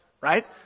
Right